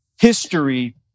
history